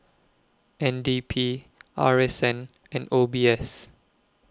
N D P R S N and O B S